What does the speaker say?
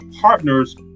partners